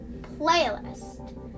playlist